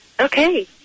Okay